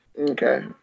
Okay